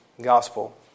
Gospel